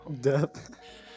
death